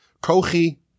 Kochi